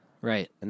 right